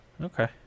okay